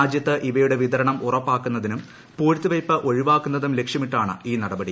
രാജ്യത്ത് ഇവയുടെ വിതരണം ഉറപ്പാക്കുന്നതിനും പൂഴ്ത്തി വയ്പ് ഒഴിവാക്കുന്നതും ലക്ഷ്യമിട്ടാണ് ഈ നടപടി